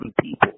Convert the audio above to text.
people